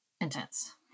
intense